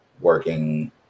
working